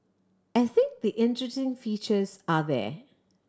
I think the interesting features are there